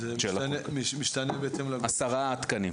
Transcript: עשרה תקנים.